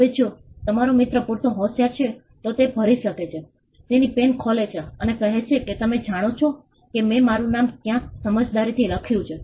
હવે જો તમારો મિત્ર પૂરતો હોશિયાર છે તો તે ભરી શકે છે તેની પેન ખોલે છે અને કહે છે કે તમે જાણો છો કે મેં મારું નામ ક્યાંક સમજદારીથી લખ્યું છે